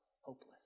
hopeless